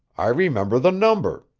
i remember the number.